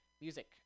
music